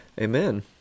Amen